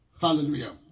Hallelujah